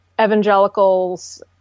evangelicals